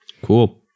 Cool